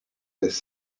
this